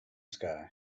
sky